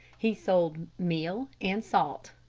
he sold meal and salt,